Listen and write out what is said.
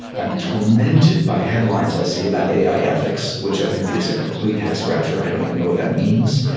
i'm tormented by headlines i see about ai ethics, which i think is a complete head scratcher. i don't even know what that means.